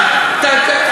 זה אחרים.